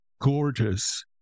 gorgeous